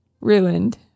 Ruined